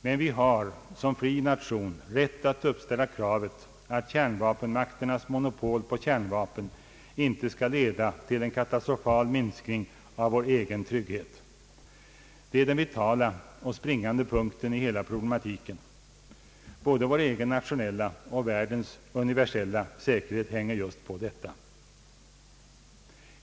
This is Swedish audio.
Men vi har som fri nation rätt att uppställa kravet att kärnvapenmakternas monopol på kärnvapen inte skall leda till en katastrofal minskning av vår egen frihet. Det är den vitala och springande punkten i hela problematiken. Både vår egen nationella och världens universella säkerhet hänger just på detta.